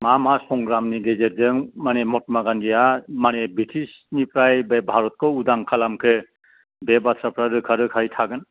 मा मा संग्रामनि गेजेरजों मानि मत्मा गान्धिया मानि बृटिसनिफ्राय बे भारतखौ उदां खालामखो बे बाथ्राफ्रा रोखा रोखायै थागोन